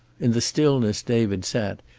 in the stillness david sat,